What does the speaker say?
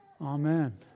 Amen